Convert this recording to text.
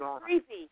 creepy